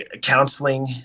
counseling